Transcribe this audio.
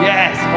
Yes